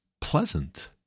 pleasant